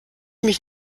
mich